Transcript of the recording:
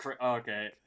Okay